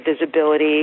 visibility